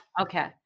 Okay